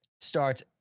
starts